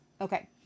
Okay